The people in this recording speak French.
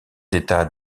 états